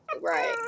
right